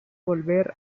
volver